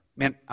Man